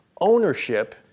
ownership